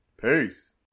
Peace